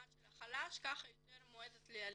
חלש ככה היא יותר מועדת לאלימות.